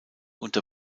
unter